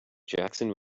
jackson